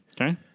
Okay